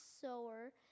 sower